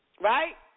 right